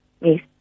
Yes